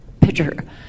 Picture